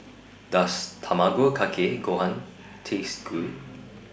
Does Tamago Kake Gohan Taste Good